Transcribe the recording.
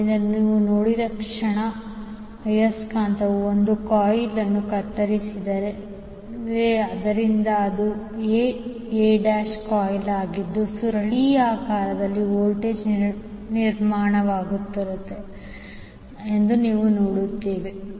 ಆದ್ದರಿಂದ ನೀವು ನೋಡಿದ ಕ್ಷಣ ಆಯಸ್ಕಾಂತವು ಒಂದು ಕಾಯಿಲ್ ಅನ್ನು ಕತ್ತರಿಸುತ್ತಿದೆ ಆದ್ದರಿಂದ ಅದು a a' ಕಾಯಿಲ್ ಆಗಿದ್ದು ಸುರುಳಿಯಾಕಾರದಲ್ಲಿ ವೋಲ್ಟೇಜ್ ನಿರ್ಮಾಣವಾಗುತ್ತಿರುವುದನ್ನು ನಾವು ನೋಡುತ್ತೇವೆ